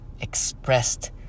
expressed